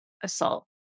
assault